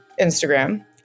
Instagram